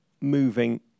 moving